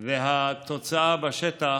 והתוצאה בשטח